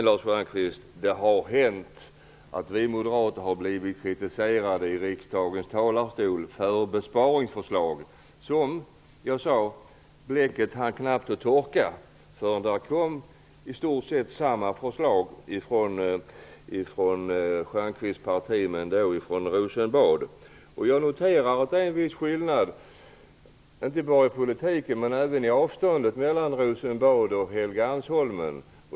Lars Stjernkvist, det har hänt att vi moderater från riksdagens talarstol har blivit kritiserade för besparingsförslag. Bläcket hann knappt att torka förrän det kom i stort sett samma förslag från Stjernkvists parti, från regeringen i Rosenbad. Jag noterar att det är en viss skillnad - inte bara i politiken utan även i avståndet - mellan Rosenbad och Helgeandsholmen.